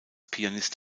pianist